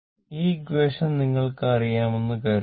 ഈ ഈക്വാഷൻ നിങ്ങൾക്ക് അറിയാമെന്ന് കരുതുക